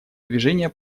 движение